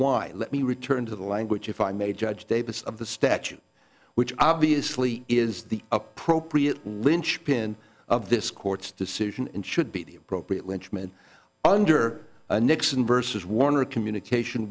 why let me return to the language if i may judge davis of the statute which obviously is the appropriate linchpin of this court's decision and should be the appropriate winchman under nixon versus warner communication